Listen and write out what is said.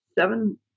seven